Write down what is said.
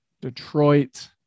Detroit